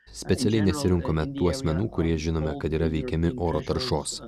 specialiai nesirinkome tų asmenų kurie žinome kad yra veikiami oro taršos